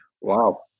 Wow